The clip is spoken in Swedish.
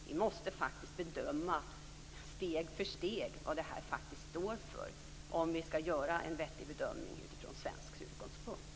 Vi måste bedöma steg för steg vad det här står för, om vi skall göra en vettig bedömning från svensk utgångspunkt.